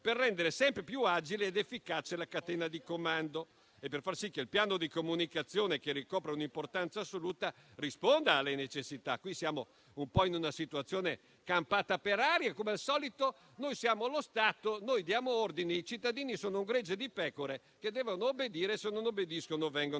per rendere sempre più agile ed efficace la catena di comando e per far sì che il piano di comunicazione, che ricopre un'importanza assoluta, risponda alle necessità. Qui siamo un po' in una situazione campata per aria e, come al solito, noi siamo lo Stato, noi diamo ordini e i cittadini sono un gregge di pecore che deve obbedire e, se non obbedisce, viene